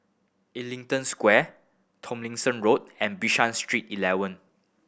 Ellington Square Tomlinson Road and Bishan Street Eleven